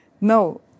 No